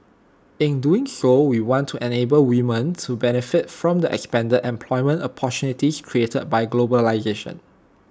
in doing so we want to enable women to benefit from the expanded employment opportunities created by globalisation